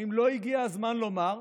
האם לא הגיע הזמן לומר: